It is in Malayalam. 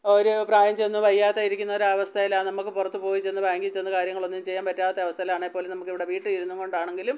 ഒരു പ്രായം ചെന്നു വയ്യാതെ ഇരിക്കുന്ന ഒരു അവസ്ഥയിൽ നമുക്ക് പുറത്തു പോയി ചെന്ന് ബാങ്കിൽ ചെന്ന് കാര്യങ്ങളൊന്നും ചെയ്യാൻ പറ്റാത്ത അവസ്ഥയിലാണേൽ പോലും നമുക്ക് ഇവിടെ വീട്ടിൽ ഇരുന്നും കൊണ്ടാണെങ്കിലും